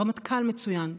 רמטכ"ל מצוין,